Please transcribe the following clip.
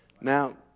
Now